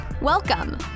Welcome